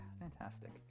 Fantastic